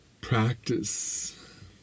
practice